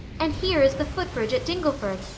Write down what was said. and here is the foot-bridge at dingleford!